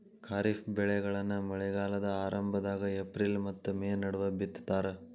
ಖಾರಿಫ್ ಬೆಳೆಗಳನ್ನ ಮಳೆಗಾಲದ ಆರಂಭದಾಗ ಏಪ್ರಿಲ್ ಮತ್ತ ಮೇ ನಡುವ ಬಿತ್ತತಾರ